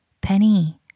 Penny